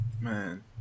Man